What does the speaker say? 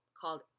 called